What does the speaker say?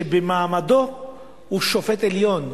שבמעמדו הוא שופט עליון,